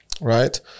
right